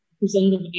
representative